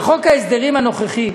בחוק ההסדרים הנוכחי,